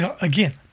again